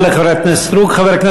תודה לחברת הכנסת